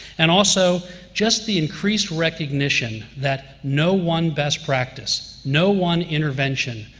and also just the increased recognition that no one best practice, no one intervention,